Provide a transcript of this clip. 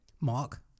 Mark